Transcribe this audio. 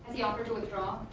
he offered to withdraw?